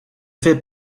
fais